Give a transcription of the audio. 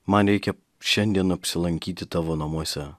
man reikia šiandien apsilankyti tavo namuose